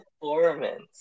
performance